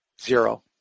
Zero